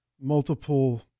multiple